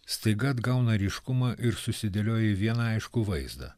staiga atgauna ryškumą ir susidėlioja į vieną aiškų vaizdą